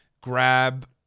grab